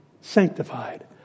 sanctified